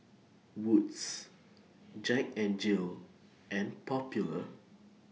Wood's Jack N Jill and Popular